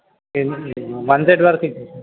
one set వరకు ఇప్పించండి